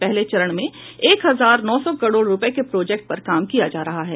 पहले चरण में एक हजार नौ सौ करोड़ रूपये के प्रोजेक्ट पर काम किया जा रहा है